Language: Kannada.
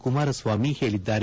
ಕುಮಾರಸ್ವಾಮಿ ಹೇಳಿದ್ದಾರೆ